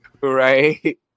Right